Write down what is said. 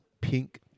pink